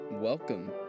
Welcome